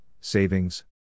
savings